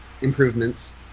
improvements